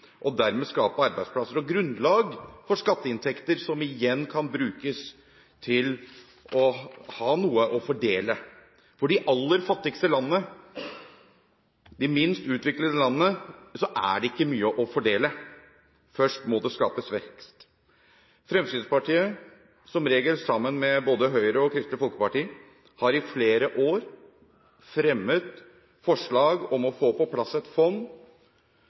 og dermed skape arbeidsplasser og grunnlag for skatteinntekter, som igjen kan brukes til å ha noe å fordele. For de aller fattigste landene – de minst utviklede landene – er det ikke mye å fordele. Først må det skapes vekst. Fremskrittspartiet – som regel sammen med både Høyre og Kristelig Folkeparti – har i flere år fremmet forslag om å få på plass et fond